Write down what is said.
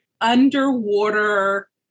underwater